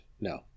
No